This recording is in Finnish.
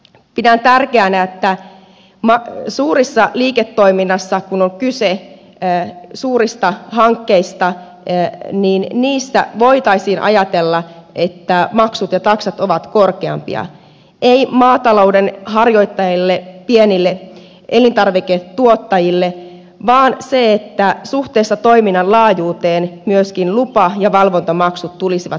pidän tärkeänä että suuressa liiketoiminnassa kun on kyse suurista hankkeista niistä voitaisiin ajatella että maksut ja taksat ovat korkeampia ei maatalouden harjoittajille pienille elintarviketuottajille vaan suhteessa toiminnan laajuuteen myöskin lupa ja valvontamaksut tulisivat maksetuksi